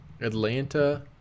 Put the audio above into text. Atlanta